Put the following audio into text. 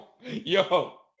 Yo